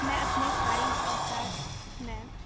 میں اپنے فارغ اوقات میں